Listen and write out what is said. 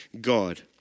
God